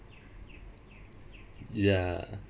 ya